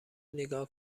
نیگا